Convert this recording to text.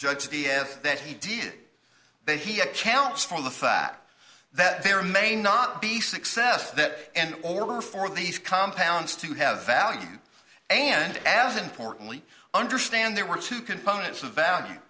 is that he did they he accounts for the fact that there may not be success that in order for these compounds to have value and as importantly understand there were two components of value